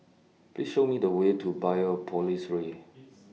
Please Show Me The Way to Biopolis Way